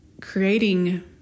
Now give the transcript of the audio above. creating